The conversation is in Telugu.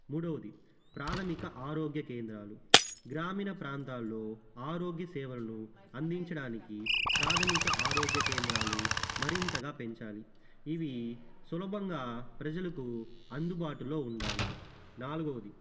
మూడవది ప్రాథమిక ఆరోగ్య కేంద్రాలు గ్రామీణ ప్రాంతాలలో ఆరోగ్య సేవలను అందించడానికి ప్రాథమిక ఆరోగ్య కేంద్రాలు మరింతగా పెంచాలి ఇవి సులభంగా ప్రజలకు అందుబాటులో ఉండాలి నాలుగవది